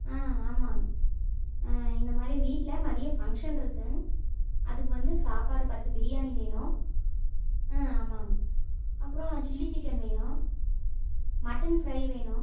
ஆ ஆமாங்க இந்த மாதிரி வீட்டில் மதியம் ஃபங்க்ஷன்ருக்கு அதுக்கு வந்து சாப்பாடு பத்து பிரியாணி வேணும் ம் ஆமாங்க அப்புறோம் சில்லி சிக்கென் வேணும் மட்டன் ஃப்ரை வேணும்